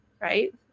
right